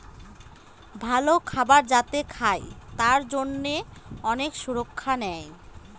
ভালো খাবার যাতে খায় তার জন্যে অনেক সুরক্ষা নেয়